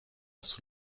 sous